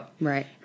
Right